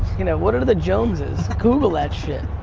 you know what are the jones's? google that shit,